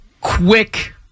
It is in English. Quick